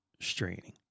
straining